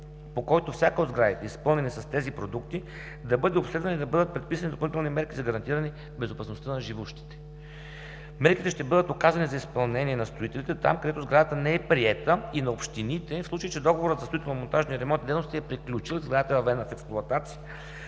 по който всяка от сградите, изпълнени с тези продукти, да бъде обследвана и да бъдат предписани допълнителни мерки за гарантиране безопасността на живущите. Мерките ще бъдат указани за изпълнение на строителите там, където сградата не е приета, и на общините, в случай че договорът за строително-монтажни дейности е приключил и сградата е въведена в експлоатация.